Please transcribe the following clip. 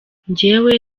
njyewe